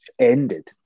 ended